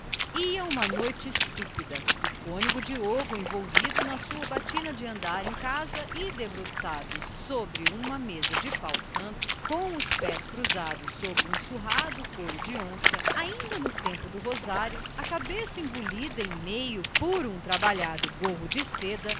uma noite o cônego diogo envolvido na sua batina de andar em casa debruçado sobre uma velha mesa de pau santo com os pés cruzados sobre um surrado couro de onça ainda do tempo do rosário a cabeça engolida num trabalhado gorro de seda